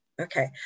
Okay